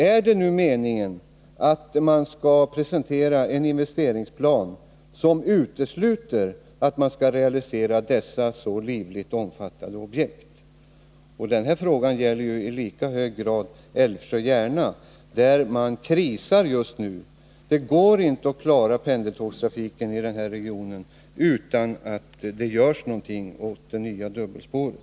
Är det nu meningen att man skall presentera en investeringsplan som utesluter dessa så livligt omfattade objekt? Frågan gäller i lika hög grad sträckan Älvsjö-Järna där det är kris just nu. Det går inte att klara pendeltågstrafiken i Stockholmsregionen utan att det görs någonting åt det nya dubbelspåret.